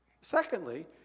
Secondly